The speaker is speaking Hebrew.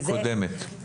קודמת.